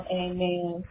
amen